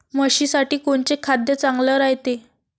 म्हशीसाठी कोनचे खाद्य चांगलं रायते?